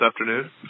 afternoon